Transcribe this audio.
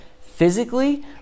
physically